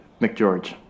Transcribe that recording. McGeorge